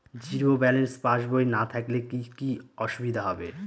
Zero balance পাসবই না থাকলে কি কী অসুবিধা হবে?